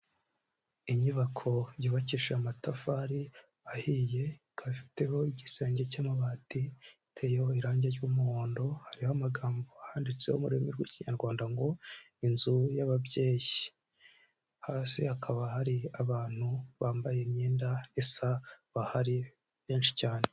Inyubako yubakishije amatafari ahiye, ikaba ifiteho igisenge cy'amabati, iteyeho irangi ry'umuhondo, hariho amagambo ahanditseho mu rurimi rw'Ikinyarwanda ngo "inzu y'ababyeyi", hasi hakaba hari abantu bambaye imyenda isa bahari benshi cyane.